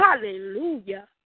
Hallelujah